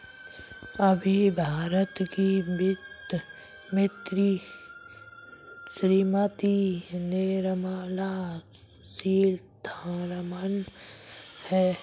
अभी भारत की वित्त मंत्री श्रीमती निर्मला सीथारमन हैं